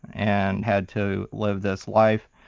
and had to live this life,